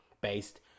based